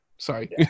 Sorry